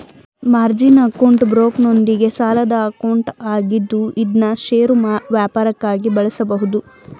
margin account ಬ್ರೋಕರ್ನೊಂದಿಗೆ ಸಾಲದ account ಆಗಿದ್ದು ಇದ್ನಾ ಷೇರು ವ್ಯಾಪಾರಕ್ಕಾಗಿ ಬಳಸಬಹುದು